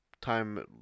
time